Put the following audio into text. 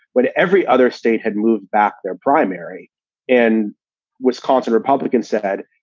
what every other state had moved back. their primary in wisconsin, republicans said,